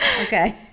Okay